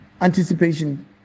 anticipation